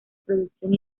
producción